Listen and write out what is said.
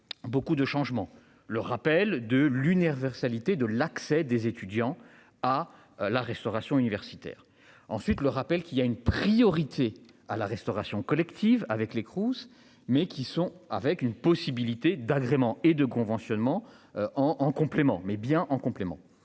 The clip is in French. Beaucoup de changements. Le rappel de l'universalité de l'accès des étudiants à la restauration universitaire ensuite le rappelle qu'il y a une priorité à la restauration collective, avec les Crous mais qui sont avec une possibilité d'agrément et de conventionnement. En en complément mais bien en complément